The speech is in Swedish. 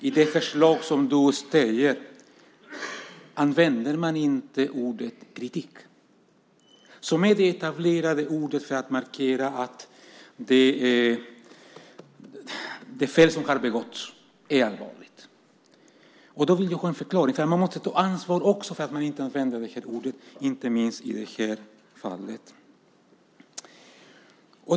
I förslaget och det du, Mikael, säger används inte ordet "kritik" som är det etablerade ordet för att markera att det fel som begåtts är allvarligt. Jag vill därför ha en förklaring. Man måste ta ansvar också för att ordet "kritik" inte används, inte minst i det här fallet.